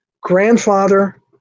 grandfather